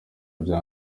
bya